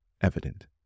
evident